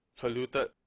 polluted